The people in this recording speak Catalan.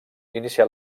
inicià